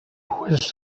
whisked